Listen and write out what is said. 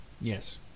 Yes